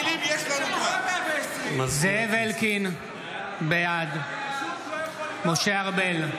נגד זאב אלקין, בעד משה ארבל,